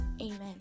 Amen